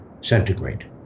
centigrade